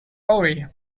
away